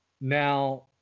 Now